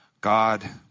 God